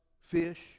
fish